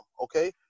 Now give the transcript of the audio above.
okay